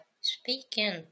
speaking